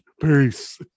Peace